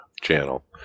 channel